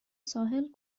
ساحل